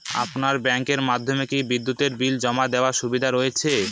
আপনার ব্যাংকের মাধ্যমে কি বিদ্যুতের বিল জমা দেওয়ার সুবিধা রয়েছে?